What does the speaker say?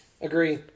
Agree